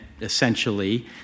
essentially